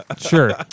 Sure